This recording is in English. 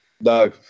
No